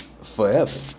forever